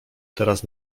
teraz